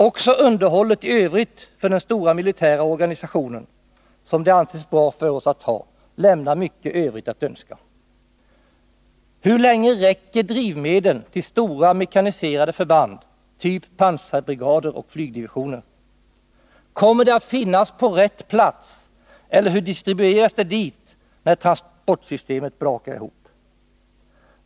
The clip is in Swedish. Också underhållet i övrigt för den stora militära organisation som det anses bra för oss att ha lämnar mycket övrigt att önska. Hur länge räcker drivmedlen till stora mekaniserade förband, typ pansarbrigader och flygdivisioner? Kommer de att finnas på rätt plats, eller hur distribueras de dit när transportsystemet brakar ihop?